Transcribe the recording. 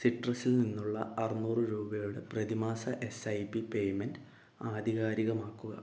സിട്രസിൽ നിന്നുള്ള അറുനൂറ് രൂപയുടെ പ്രതിമാസ എസ് ഐ പി പേയ്മെന്റ് ആധികാരികമാക്കുക